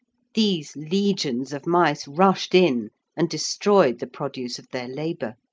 these legions of mice rushed in and destroyed the produce of their labour.